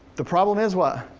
the problem is what?